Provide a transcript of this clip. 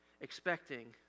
expecting